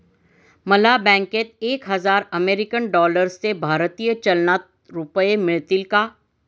मला बँकेत एक हजार अमेरीकन डॉलर्सचे भारतीय चलनात रुपये मिळतील का?